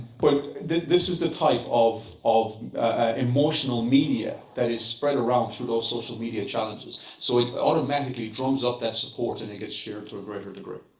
but this is the type of of emotional media that is spread around through those social media challenges. so it automatically drums up that support, and it gets shared to a greater degree.